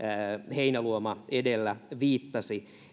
heinäluoma edellä viittasi